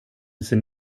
sin